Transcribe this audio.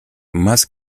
más